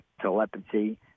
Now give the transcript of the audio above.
telepathy